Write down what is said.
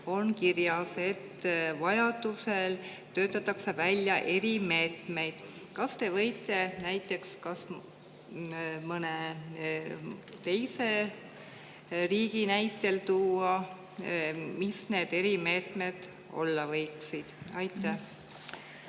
on kirjas, et vajadusel töötatakse välja erimeetmeid. Kas te võite näiteks mõne teise riigi näitel välja tuua, mis need erimeetmed olla võiksid? Aitäh,